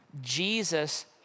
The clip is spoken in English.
Jesus